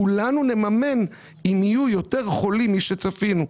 כולנו נממן אם יהיו יותר חולים שצפינו.